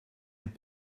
have